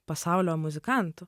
pasaulio muzikantų